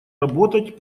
работать